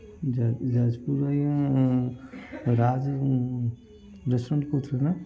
ଯାଜପୁରରୁ ଆଜ୍ଞା ରାଜ ରେଷ୍ଟୁରାଣ୍ଟ୍ କହୁଥିଲେ ନା